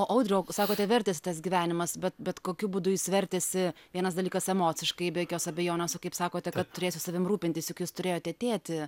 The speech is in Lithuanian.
o audriau sakote vertėsi tas gyvenimas bet bet kokiu būdu jis vertėsi vienas dalykas emociškai be jokios abejonės va kaip sakote kad turėsiu savim rūpintis juk jūs turėjote tėtį